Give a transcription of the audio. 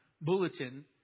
bulletin